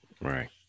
Right